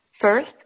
First